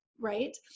right